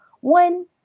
one